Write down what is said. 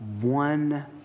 one